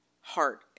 heart